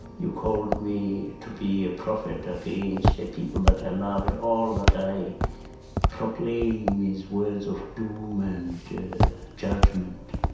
you called me to be a prophet against a people that i love, and all that i proclaim is words of doom and judgment.